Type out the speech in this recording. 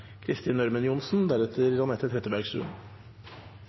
Kristin Ørmen Johnsen,